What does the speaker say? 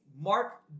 Mark